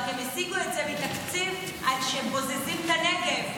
רק שהם השיגו את זה מתקציב שהם בוזזים מהנגב,